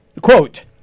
Quote